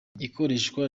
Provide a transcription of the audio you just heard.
ikoreshwa